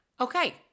Okay